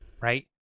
right